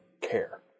care